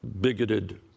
bigoted